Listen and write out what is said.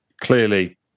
clearly